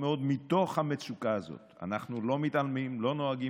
לא היו מוכנים